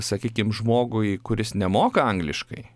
sakykim žmogui kuris nemoka angliškai